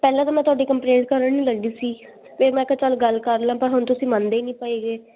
ਪਹਿਲਾਂ ਤਾਂ ਮੈਂ ਤੁਹਾਡੀ ਕੰਪਲੇਂਟ ਕਰਨ ਹੀ ਲੱਗੀ ਸੀ ਫਿਰ ਮੈਂ ਕਿਹਾ ਚੱਲ ਗੱਲ ਕਰ ਲਵਾਂ ਪਰ ਹੁਣ ਤੁਸੀਂ ਮੰਨਦੇ ਕੀ ਪਏ ਹੈਗੇ